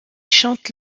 chante